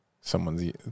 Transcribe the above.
someone's